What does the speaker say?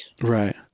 Right